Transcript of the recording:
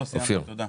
לא, סיימתי, תודה.